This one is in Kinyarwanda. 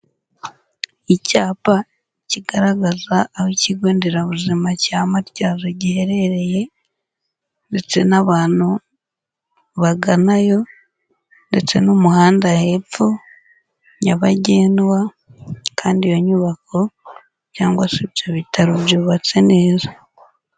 Icyapa kigaragaza aho Ikigo nderabuzima cya Matyazo giherereye ndetse n'abantu baganayo ndetse n'umuhanda y'epfo nyabagendwa kandi iyo nyubako cyangwa se ibyo bitaro byubatse neza.